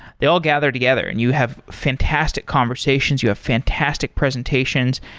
they all gather together, and you have fantastic conversations. you have fantastic presentations,